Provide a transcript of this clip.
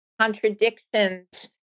contradictions